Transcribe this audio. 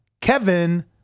Kevin